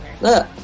Look